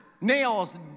Nails